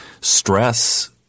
stress